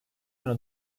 yana